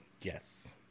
Yes